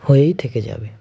হয়েই থেকে যাবে